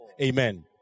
Amen